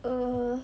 err